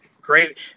great